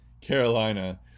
Carolina